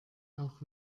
auch